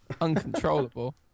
Uncontrollable